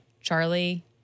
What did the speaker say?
Charlie